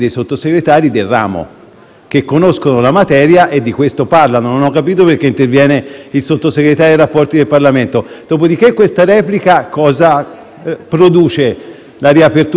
che conoscono la materia e di questo parlano. Non ho capito perché interviene il Sottosegretario per i rapporti con il Parlamento. Dopodiché questa replica che cosa produce? Forse la riapertura del dibattito in